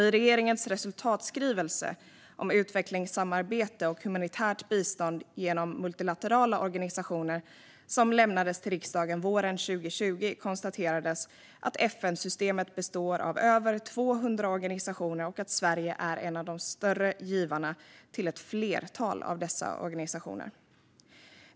I regeringens resultatskrivelse om utvecklingssamarbete och humanitärt bistånd genom multilaterala organisationer som lämnades till riksdagen våren 2020 konstaterades att FN-systemet består av över 200 organisationer och att Sverige är en av de större givarna till ett flertal av dessa organisationer.